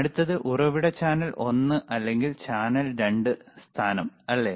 അടുത്തത് ഉറവിട ചാനൽ ഒന്ന് അല്ലെങ്കിൽ ചാനൽ 2 സ്ഥാനം അല്ലേ